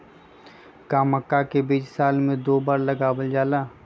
का मक्का के बीज साल में दो बार लगावल जला?